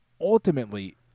ultimately